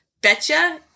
Betcha